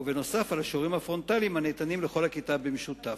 ונוסף על השיעורים הפרונטליים הניתנים לכל הכיתה במשותף.